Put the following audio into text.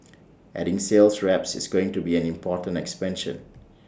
adding sales reps is going to be an important expansion